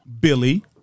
Billy